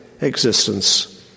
existence